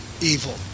evil